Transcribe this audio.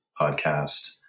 podcast